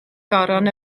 goron